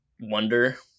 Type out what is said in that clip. wonder